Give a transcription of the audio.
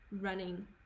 running